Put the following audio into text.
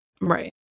Right